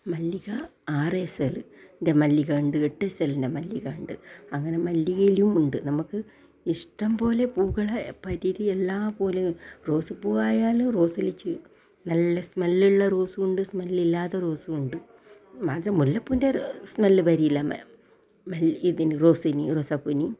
മല്ലിക ആറെസള്ൻ്റെ മല്ലിക ഉണ്ട് എട്ടെസളിൻ്റെ മല്ലിക ഉണ്ട് അങ്ങനെ മല്ലികയിലുമുണ്ട് നമുക്ക് ഇഷ്ടം പോലെ പൂക്കളെ പറ്റിയിട്ട് എല്ലാം പോലെ റോസപ്പൂ ആയാലും റോസിൽ നല്ല സ്മെല്ലുള്ള റോസുണ്ട് സ്മെല്ലില്ലാത്ത റോസുണ്ട് അത് മുല്ലപ്പൂൻ്റെ സ്മെല്ല് വരില്ല മ ഇതിന് റോസിന് റോസാപ്പൂവിന്